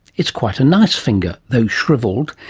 it's quite a nice finger though shriveled.